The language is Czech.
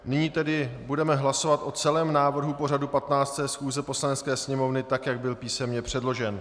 Nyní tedy budeme hlasovat o celém návrhu pořadu 15. schůze Poslanecké sněmovny, tak jak byl písemně předložen.